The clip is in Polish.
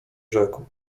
rzekł